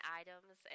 items